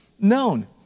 known